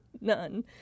None